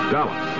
Dallas